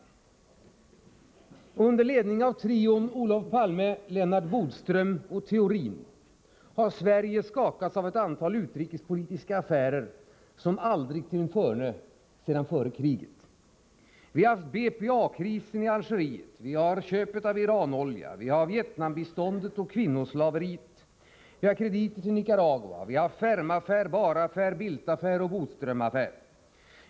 — En utrikespolitik under ledning av trion Olof Palme, Lennart Bodström och Maj Britt Theorin har skakat Sverige med ett antal affärer som aldrig tidigare efter andra världskriget. Vi har haft BPA-affären i Algeriet, köpet av Iran-olja, Vietnambiståndet och tvångsarbetet, krediter till Nicaragua, Fermaffär, Bahraffär, Bildtaffär och Bodströmaffär.